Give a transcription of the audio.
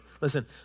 Listen